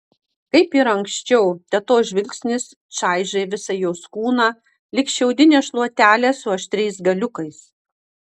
kaip ir anksčiau tetos žvilgsnis čaižė visą jos kūną lyg šiaudinė šluotelė su aštriais galiukais